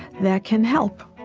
that can help.